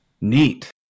neat